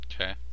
Okay